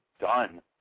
done